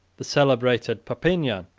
the celebrated papinian,